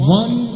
one